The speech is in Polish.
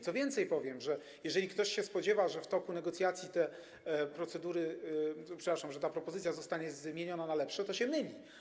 Co więcej: powiem, że jeżeli ktoś się spodziewa, że w toku negocjacji te procedury, przepraszam, że ta propozycja zostanie zmieniona na lepsze, to się myli.